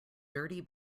dirty